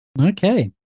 Okay